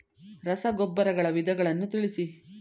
ರಸಗೊಬ್ಬರಗಳ ವಿಧಗಳನ್ನು ತಿಳಿಸಿ?